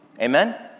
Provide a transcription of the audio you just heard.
Amen